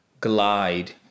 glide